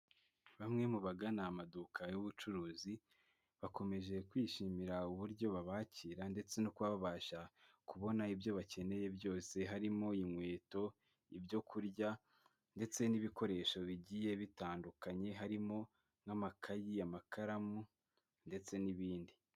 Bamwe mu bagana amaduka y'ubucuruzi, bakomeje kwishimira uburyo babakira ndetse no kuba babasha kubona ibyo bakeneye byose, harimo inkweto, ibyo kurya ndetse n'ibikoresho bigiye bitandukanye, harimo nk'amakayi , amakaramu ndetse n'ibindi.